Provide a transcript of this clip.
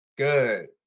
Good